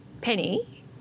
Penny